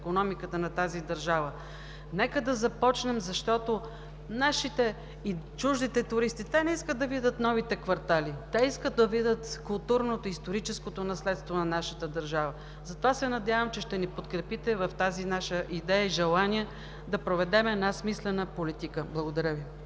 икономиката на тази държава. Нека да започнем, защото нашите и чуждите туристи – те не искат да видят новите квартали, те искат да видят културното, историческото наследство на нашата държава. Затова се надявам, че ще ни подкрепите в тази наша идея и желание да проведем една смислена политика. Благодаря Ви.